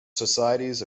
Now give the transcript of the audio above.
societies